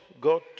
God